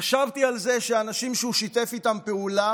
חשבתי על זה שאנשים שהוא שיתף איתם פעולה